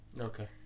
Okay